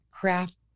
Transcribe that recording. craft